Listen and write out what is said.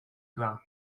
gras